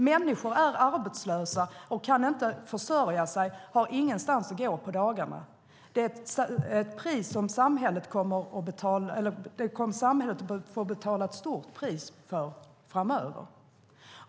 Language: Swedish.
Människor är arbetslösa, kan inte försörja sig och har ingenstans att gå på dagarna. Samhället kommer att få betala ett högt pris för det framöver.